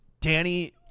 Danny